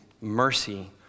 mercy